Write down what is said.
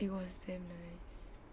it was damn nice